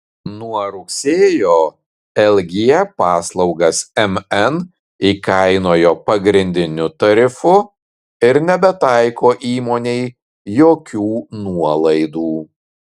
nuo rugsėjo lg paslaugas mn įkainojo pagrindiniu tarifu ir nebetaiko įmonei jokių nuolaidų